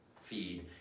feed